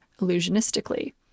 illusionistically